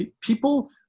people